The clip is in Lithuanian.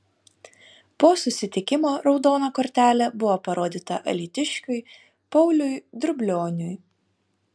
po susitikimo raudona kortelė buvo parodyta alytiškiui pauliui drublioniui